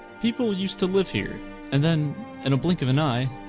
people used to live here and then in a blink of an eye.